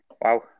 wow